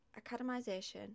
academisation